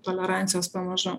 tolerancijos pamažu